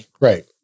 Right